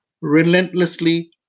relentlessly